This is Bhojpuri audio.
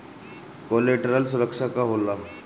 कोलेटरल सुरक्षा का होला?